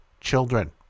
children